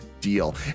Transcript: deal